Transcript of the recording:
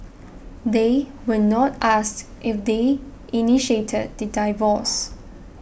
they were not asked if they initiated the divorce